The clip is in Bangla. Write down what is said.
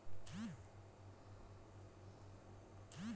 ব্যাংক থ্যাকে লল লিয়া হ্যয় অললাইল ব্যাংক ইসট্যাটমেল্ট দ্যাখা যায়